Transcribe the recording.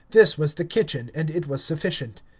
this was the kitchen, and it was sufficient.